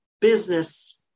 business